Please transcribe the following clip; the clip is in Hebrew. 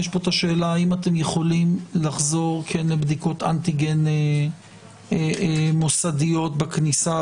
יש את השאלה האם אתם יכולים לחזור לבדיקות אנטיגן מוסדיות בכניסה,